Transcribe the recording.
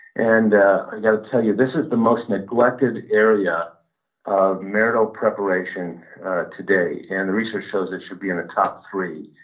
and i got to tell you, this is the most neglected area of marital preparation today. and the research shows it should be on the top three.